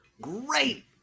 great